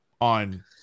on